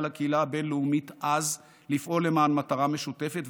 אז לקהילה הבין-לאומית לפעול למען מטרה משותפת,